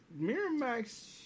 Miramax